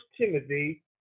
Timothy